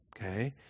Okay